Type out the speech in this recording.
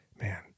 Man